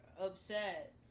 upset